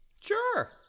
Sure